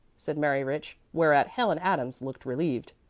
said mary rich, whereat helen adams looked relieved.